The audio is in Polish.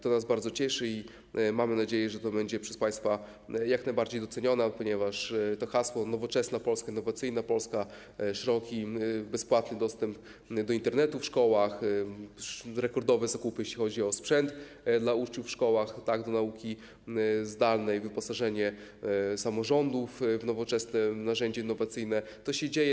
To nas bardzo cieszy i mamy nadzieję, że to będzie przez państwa jak najbardziej docenione, ponieważ to hasło: nowoczesna Polska, innowacyjna Polska, szeroki, bezpłatny dostęp do Internetu w szkołach, rekordowe zakupy, jeśli chodzi o sprzęt dla uczniów w szkołach do nauki zdalnej, wyposażenie samorządów w nowoczesne narzędzie innowacyjne - to się dzieje.